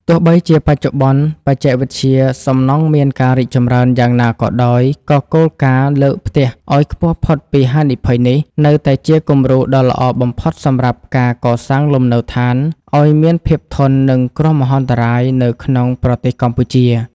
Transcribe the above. ទោះបីជាបច្ចុប្បន្នបច្ចេកវិទ្យាសំណង់មានការរីកចម្រើនយ៉ាងណាក៏ដោយ ក៏គោលការណ៍លើកផ្ទះឱ្យខ្ពស់ផុតពីហានិភ័យនេះ នៅតែជាគំរូដ៏ល្អបំផុតសម្រាប់ការកសាងលំនៅដ្ឋានឱ្យមានភាពធន់នឹងគ្រោះមហន្តរាយនៅក្នុងប្រទេសកម្ពុជា។